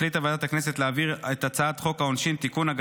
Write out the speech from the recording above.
החליטה ועדת הכנסת להעביר את הצעת חוק העונשין (תיקון,